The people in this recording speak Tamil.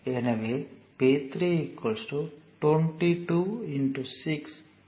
எனவே P3 22 6 132 வாட் ஆக இருக்கும்